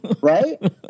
right